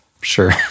Sure